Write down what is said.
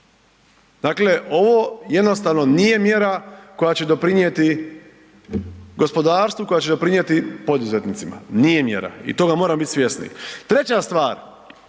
Dakle, ovo jednostavno nije mjera koja će doprinijeti gospodarstvu, koja će doprinijeti poduzetnicima, nije mjera i toga moramo biti svjesni. Treća stvar,